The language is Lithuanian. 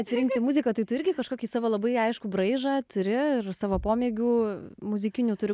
atsirinkti muziką tai tu irgi kažkokį savo labai aiškų braižą turi ir savo pomėgių muzikinių turi